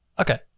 Okay